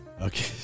Okay